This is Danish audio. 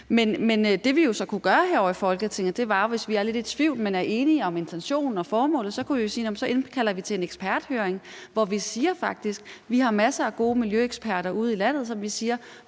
Men det, vi så kunne gøre her i Folketinget, hvis vi er lidt i tvivl, men er enige om intentionen og formålet, var jo at sige, at så indkalder vi til en eksperthøring. Vi har faktisk masser af gode miljøeksperter ude i landet, og vi siger: